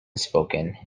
spoken